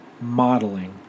modeling